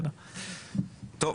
טוב,